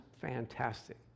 fantastic